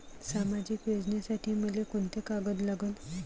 सामाजिक योजनेसाठी मले कोंते कागद लागन?